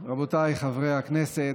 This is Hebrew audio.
רבותיי חברי הכנסת,